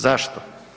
Zašto?